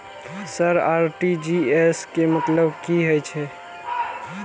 Sir RTGS के मतलब की हे छे?